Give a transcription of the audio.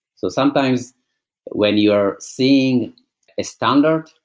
so sometimes when you're seeing a standard,